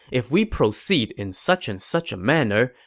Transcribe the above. if we proceed in such and such a manner,